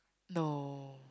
no